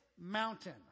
mountain